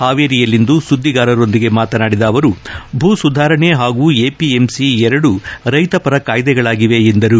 ಹಾವೇರಿಯಲ್ಲಿಂದು ಸುದ್ದಿಗಾರರೊಂದಿಗೆ ಮಾತನಾಡಿದ ಅವರು ಭೂ ಸುಧಾರಣೆ ಹಾಗೂ ಎಪಿಎಂಸಿ ಎರಡೂ ರೈತ ಪರ ಕಾಯ್ದೆಗಳಾಗಿವೆ ಎಂದರು